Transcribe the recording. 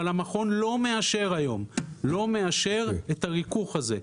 אבל המכון לא מאשר היום את הריכוך הזה.